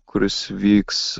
kuris vyks